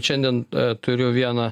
šiandien turiu vieną